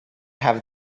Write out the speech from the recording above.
have